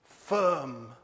firm